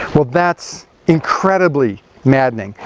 well, that's incredibly maddening.